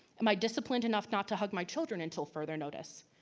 am i disciplined enough not to hug my children until further notice,